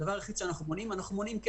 הדבר היחידי שאנחנו מונעים הוא כפל.